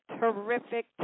terrific